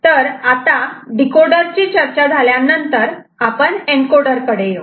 तर आता डीकोडर ची चर्चा झाल्यानंतर आपण एनकोडर कडे येऊ